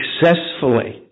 successfully